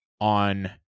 on